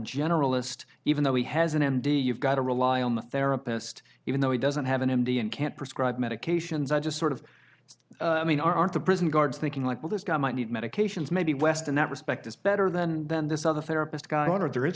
generalist even though he has an m d you've got to rely on the therapist even though he doesn't have an indian can't prescribe medications i just sort of i mean aren't the prison guards thinking like well this guy might need medications maybe west in that respect is better than then this other therapist got out of there is